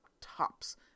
tops